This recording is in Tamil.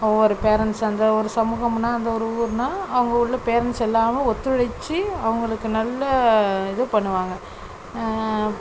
ஒவ்வொரு பேரெண்ட்ஸ் அந்த ஒரு சமூகம்ன்னா அந்த ஒரு ஊர்னா அவங்க உள்ள பேரெண்ட்ஸ் எல்லாரும் ஒத்துழைச்சு அவங்களுக்கு நல்ல இதை பண்ணுவாங்க